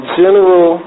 general